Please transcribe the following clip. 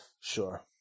Sure